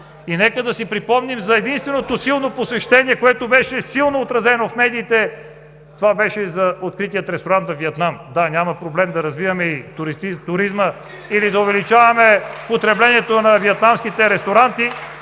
Нека да си припомним за единственото силно посещение, което беше силно отразено в медиите, това беше за открития ресторант във Виетнам. Да, няма проблем да развиваме туризма или да увеличаваме потреблението на виетнамските ресторанти